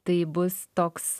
tai bus toks